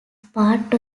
part